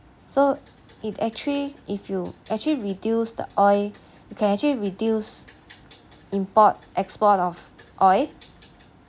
so it actually if you actually reduce the oil you can actually reduced import export of oil